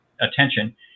attention